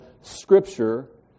Scripture